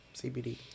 CBD